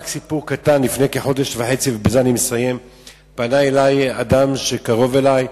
סיפור קטן: לפני כחודש וחצי פנה אלי אדם שקרוב אלי,